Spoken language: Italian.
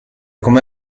come